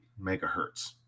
megahertz